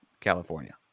California